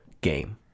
game